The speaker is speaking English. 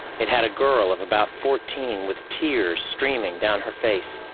it had a girl of about fourteen, with tears streaming down her face.